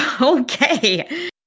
Okay